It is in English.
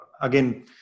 again